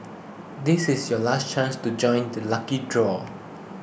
this is your last chance to join the lucky draw